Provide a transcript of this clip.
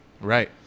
Right